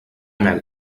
mel